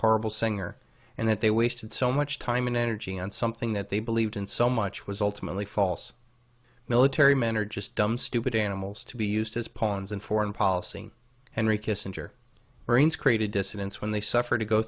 horrible singer and that they wasted so much time and energy on something that they believed in so much was ultimately false military men are just dumb stupid animals to be used as pawns in foreign policy henry kissinger brings creative dissidents when they suffer to go